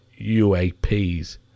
UAPs